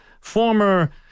former